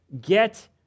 Get